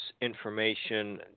information